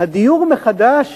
הדיור מחדש